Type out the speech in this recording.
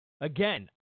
Again